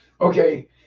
Okay